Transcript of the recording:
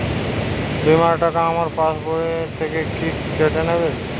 বিমার টাকা আমার পাশ বই থেকে কি কেটে নেবে?